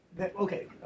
Okay